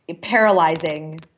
paralyzing